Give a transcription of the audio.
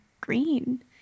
green